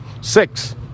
Six